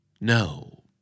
No